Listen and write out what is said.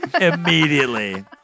Immediately